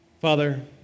Father